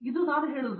ಅದು ನಾನು ಹೇಳುವದು